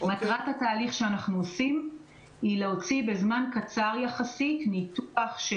מטרת התהליך שאנחנו עושים היא להוציא בזמן קצר יחסית ניתוח של